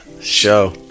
show